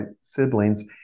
siblings